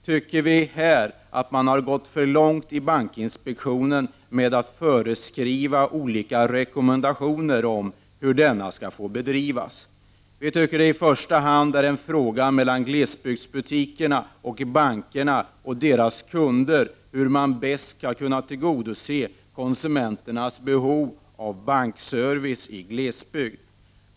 Vi moderater anser att bankinspektionen har gått för långt med att föreskriva olika rekommendationer om hur denna service skall få bedrivas. I första hand är det enligt vår uppfattning glesbygdsbutikerna, bankerna och deras kunder som skall avgöra hur man bäst tillgodoser konsumenternas behov av bankservice i glesbygd.